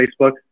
Facebook